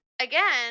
again